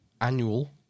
annual